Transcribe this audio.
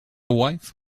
wife